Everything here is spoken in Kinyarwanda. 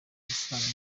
amafaranga